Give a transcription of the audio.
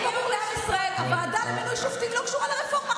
שיהיה ברור לעם ישראל: הוועדה לבחירת שופטים לא קשורה לרפורמה.